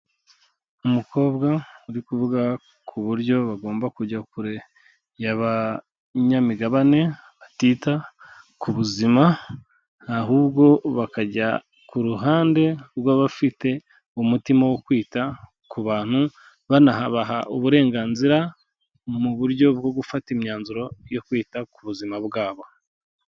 Umukobwa uri kuvuga ku buryo bagomba kujya kure y'abanyamigabane batita ku buzima, ahubwo bakajya ku ruhande rw'abafite umutima wo kwita ku bantu banahabaha uburenganzira mu buryo bwo gufata imyanzuro yo kwita ku buzima bwabo.